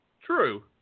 True